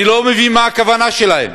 אני לא מבין מה הכוונה שלהם.